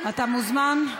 חבר הכנסת דב חנין, אתה מוזמן.